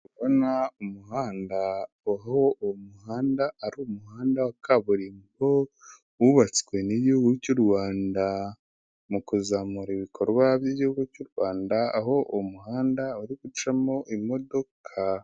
Ndi kubona umuhanda, aho uwo muhanda ari umuhanda wa kaburimbo wubatswe n'igihugu cy'u Rwanda, mu kuzamura ibikorwa by'igihugu cy'u Rwanda, aho umuhanda uri gucamo imodoka.